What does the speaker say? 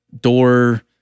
door